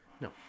no